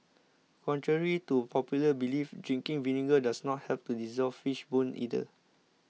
contrary to popular belief drinking vinegar does not help to dissolve fish bones either